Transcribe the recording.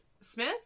Smith